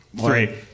Three